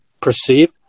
perceive